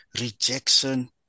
rejection